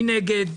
מי נגד?